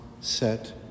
set